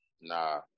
Nah